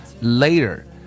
later